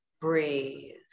breathe